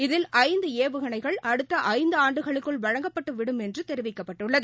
இதில் ஐந்து ஏவுகணைகள் அடுத்த ஐந்து ஆண்டுகளுக்குள் வழங்கப்பட்டு விடும் என்று தெரிவிக்கப்பட்டுள்ளது